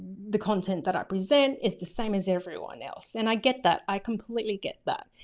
the content that i present is the same as everyone else. and i get that, i completely get that.